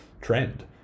trend